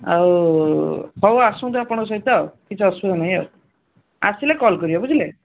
ଆଉ ହଉ ଆସନ୍ତୁ ଆପଣଙ୍କ ସହିତ ଆଉ କିଛି ଅସୁବିଧା ନାହିଁ ଆଉ ଆସିଲେ କଲ୍ କରିବେ ବୁଝିଲେ